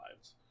lives